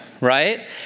right